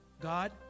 God